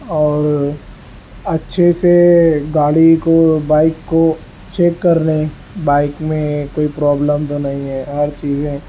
اور اچھے سے گاڑی کو بائک کو چیک کر لیں بائک میں کوئی پرابلم تو نہیں ہے ہر چیزیں